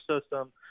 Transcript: system